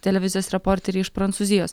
televizijos reporteriai iš prancūzijos